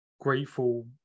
grateful